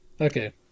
Okay